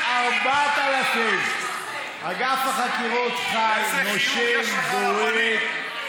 לא כואב לנו שום דבר.